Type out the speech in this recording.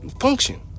function